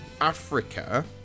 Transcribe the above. Africa